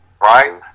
right